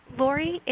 laurie, and